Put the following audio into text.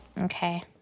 Okay